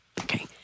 Okay